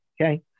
Okay